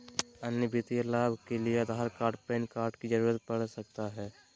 अन्य वित्तीय लाभ के लिए आधार कार्ड पैन कार्ड की जरूरत पड़ सकता है?